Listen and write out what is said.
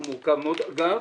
אגב,